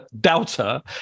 doubter